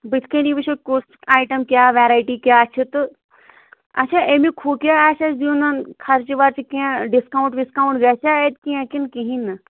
بُتھٕ کٔنی وُچھُو کُس ایٹم کیٛاہ ویرایٹی کیٛاہ چھِ تہٕ اَچھا امیُک ہُہ کیٛاہ آسہِ اَسہِ دیُن خرچہٕ ورچہٕ کیٚنٛہہ ڈِسکاوُنٛٹ وِسکاوُنٛٹ گَژھیٛاہ اَتہِ کیٚنٛہہ کِنہٕ کِہیٖنٛۍ نہٕ